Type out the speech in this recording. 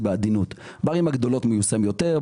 בערים הגדולות הוא מיושם יותר,